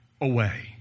away